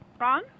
Ron